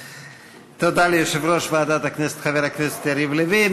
תודה ליושב-ראש ועדת הכנסת חבר הכנסת יריב לוין.